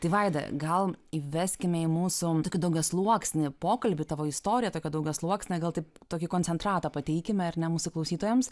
tai vaida gal įveskime į mūsų tokį daugiasluoksnį pokalbį tavo istoriją tokią daugiasluoksnę gal taip tokį koncentratą pateikim ar ne mūsų klausytojams